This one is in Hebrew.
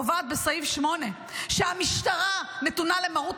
קובעת בסעיף 8 שהמשטרה נתונה למרות